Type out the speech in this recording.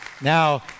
Now